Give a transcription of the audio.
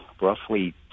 roughly